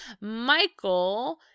Michael